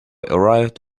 arrived